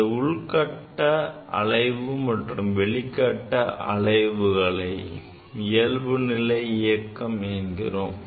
இந்த உள்கட்ட அலைவு மற்றும் வெளிகட்ட அலைவுகளை இயல்புநிலை இயக்கம் என்கிறோம்